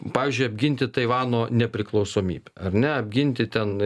pavyzdžiui apginti taivano nepriklausomybę ar ne apginti ten